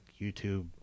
YouTube